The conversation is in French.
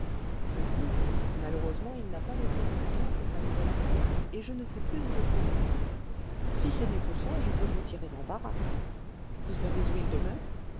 beaucoup malheureusement il n'a pas laissé rue du temple sa nouvelle adresse et je ne sais plus où le trouver si ce n'est que ça je peux vous tirer d'embarras vous savez où il